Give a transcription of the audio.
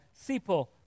Sipo